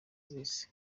z’isi